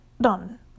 done